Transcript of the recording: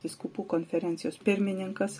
vyskupų konferencijos pirmininkas